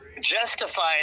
justified